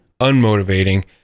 unmotivating